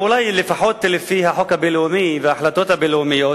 אולי לפחות לפי החוק הבין-לאומי וההחלטות הבין-לאומיות,